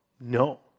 No